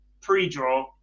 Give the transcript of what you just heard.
pre-draw